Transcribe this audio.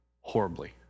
horribly